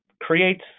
creates